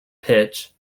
pitch